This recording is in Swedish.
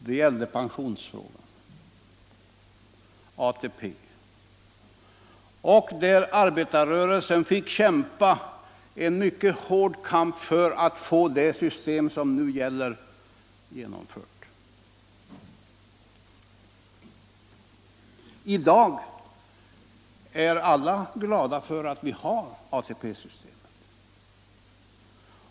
Den gällde pensionsfrågan och ATP, och där fick arbetarrörelsen kämpa en mycket hård kamp för att få det system som nu gäller genomfört. I dag är alla glada för att vi har ATP-systemet.